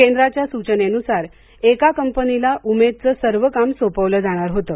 केंद्राच्या सूचनेनुसार एका कंपनीला उमेदचं सर्व काम सोपवलं जाणार होतं